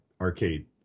arcade